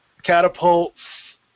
Catapults